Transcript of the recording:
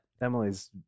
Emily's